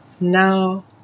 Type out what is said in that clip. now